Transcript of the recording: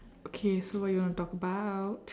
okay so what you wanna talk about